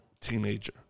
teenager